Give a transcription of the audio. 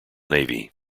navy